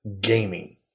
gaming